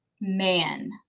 Man